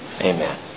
Amen